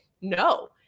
No